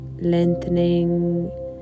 lengthening